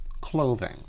clothing